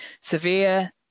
severe